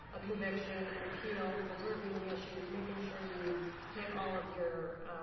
a conviction, an appeal, preserving the issues, making sure you hit all of your